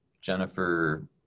Jennifer